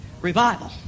revival